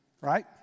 Right